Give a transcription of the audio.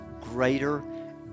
greater